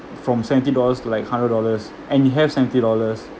from seventy dollars to like hundred dollars and you have seventy dollars